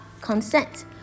consent